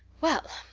well,